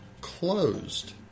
closed